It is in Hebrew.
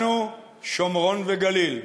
לנו שומרון וגליל,